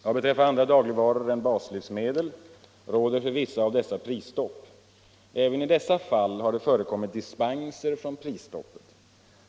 Vad beträffar andra dagligvaror än baslivsmedel råder i vissa fall prisstopp. Även hiär har det förekommit dispenser från prisstoppet.